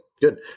Good